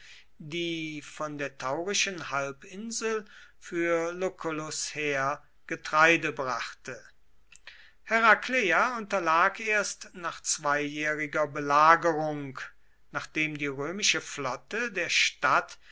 die von der taurischen halbinsel für lucullus heer getreide brachte herakleia unterlag erst nach zweijähriger belagerung nachdem die römische flotte der stadt